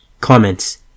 Comments